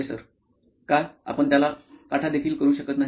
professor का आपण त्याला काटा देखील करू शकत नाही